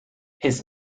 his